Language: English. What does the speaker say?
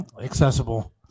accessible